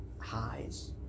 highs